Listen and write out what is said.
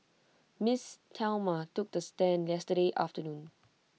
miss Thelma took the stand yesterday afternoon